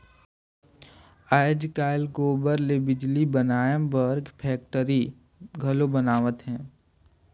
आयज कायल गोबर ले बिजली बनाए बर फेकटरी घलो बनावत हें